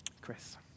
Chris